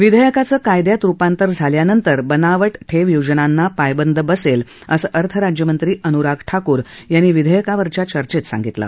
विधेयकाचं कायदयात रुपांतर झाल्यानंतर बनावट ठेव योजनांना पायबंद बसेल असं अर्थ राज्यमंत्री अनुराग ठाकूर यांनी विधेयकावरच्या चर्चेत सांगितलं